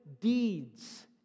deeds